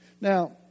Now